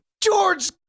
George